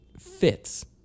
fits